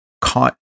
caught